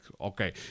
okay